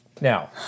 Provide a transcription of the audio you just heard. Now